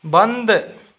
बंद